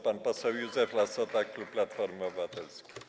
Pan poseł Józef Lassota, klub Platformy Obywatelskiej.